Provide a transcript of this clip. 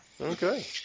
Okay